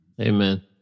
Amen